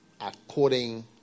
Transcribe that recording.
according